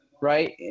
right